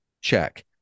Check